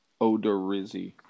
O'Dorizzi